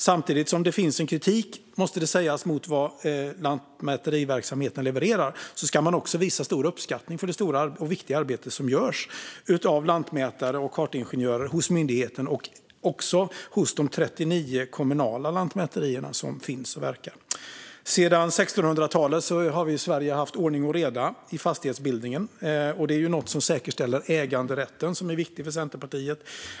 Samtidigt som det finns en kritik mot vad lantmäteriverksamheten levererar ska man också visa stor uppskattning för det stora och viktiga arbete som görs av lantmätare och kartingenjörer hos myndigheten och hos de 39 kommunala lantmäterierna. Sedan 1600-talet har vi i Sverige haft ordning och reda i fastighetsbildningen. Detta är något som säkerställer äganderätten, som är viktig för Centerpartiet.